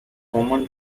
common